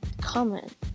comment